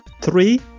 Three